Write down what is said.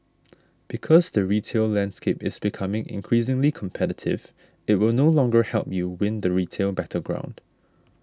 because the retail landscape is becoming increasingly competitive it will no longer help you win the retail battleground